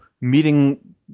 meeting